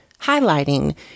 highlighting